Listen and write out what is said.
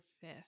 fifth